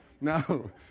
No